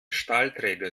stahlträger